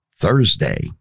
Thursday